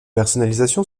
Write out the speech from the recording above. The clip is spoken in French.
personnalisation